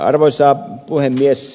arvoisa puhemies